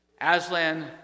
Aslan